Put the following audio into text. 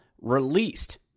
released